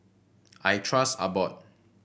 I trust Abbott